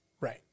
Right